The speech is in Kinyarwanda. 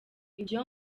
ibyo